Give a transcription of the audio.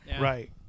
Right